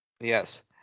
Yes